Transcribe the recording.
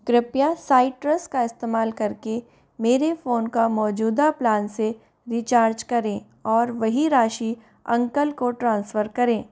कृपया साइट्रस का इस्तेमाल करके मेरे फ़ोन का मौजूदा प्लान से रिचार्ज करें और वही राशि अंकल को ट्रांसफ़र करें